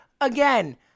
again